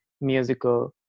musical